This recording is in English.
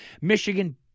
Michigan